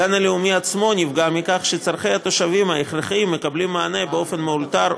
הגן הלאומי נפגע מכך שצורכי התושבים ההכרחיים מקבלים מענה באופן מאולתר,